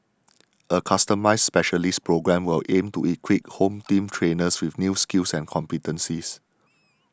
a customised specialist programme will aim to equip Home Team trainers with new skills and competencies